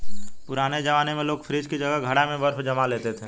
पुराने जमाने में लोग फ्रिज की जगह घड़ा में बर्फ जमा लेते थे